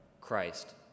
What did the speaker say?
Christ